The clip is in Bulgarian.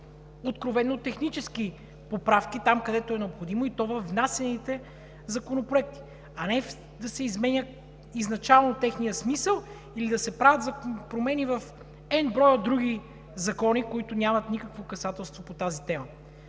правят технически поправки там, където е необходимо, и то във внесените законопроекти, а не да се изменя изначало техният смисъл или да се правят промени в n броя други закони, които нямат никакво касателство по тази тема.